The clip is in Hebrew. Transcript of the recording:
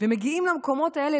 ומגיעים למקומות האלה,